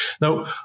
Now